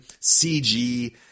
CG